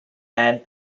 and